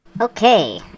Okay